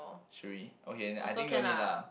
should we okay I think no need lah